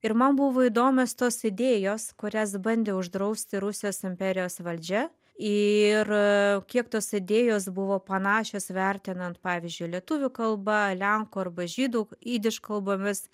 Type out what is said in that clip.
ir man buvo įdomios tos idėjos kurias bandė uždrausti rusijos imperijos valdžia ir kiek tos idėjos buvo panašios vertinant pavyzdžiui lietuvių kalba lenkų arba žydų jidiš kalbomis